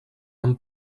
amb